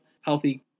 healthy